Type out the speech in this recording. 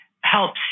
helps